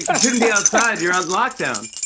yeah shouldn't be outside. you're on lockdown.